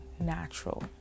natural